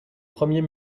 premier